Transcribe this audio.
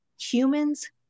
humans